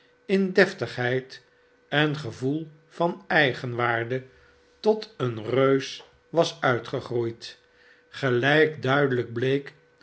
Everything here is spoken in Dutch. in deftigheid en gevoel van eigenwaarde tot een reus was uitgegroeid gelijk duidelijk sleek